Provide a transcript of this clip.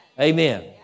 Amen